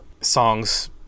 songs